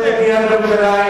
העיקר שיש בנייה בירושלים.